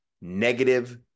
negative